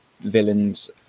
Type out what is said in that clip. villains